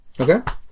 Okay